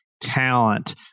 talent